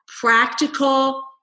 practical